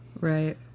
Right